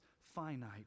finite